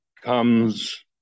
comes